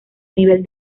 nivel